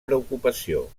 preocupació